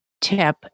tip